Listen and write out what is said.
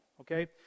okay